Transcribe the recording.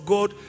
God